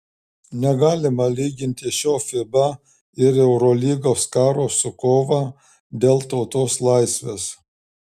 negalima lyginti šio fiba ir eurolygos karo su kova dėl tautos laisvės